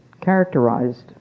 characterized